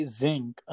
zinc